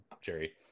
Jerry